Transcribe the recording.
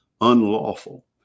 unlawful